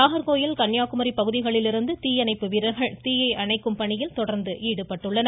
நாகர்கோவில் கன்னியாகுமரி பகுதிகளிலிருந்து தீயணைப்பு வீரர்கள் தீயை அணைக்கும் பணியில் தொடர்ந்து ஈடுபட்டுள்ளனர்